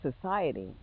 society